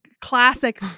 classic